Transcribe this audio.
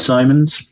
Simons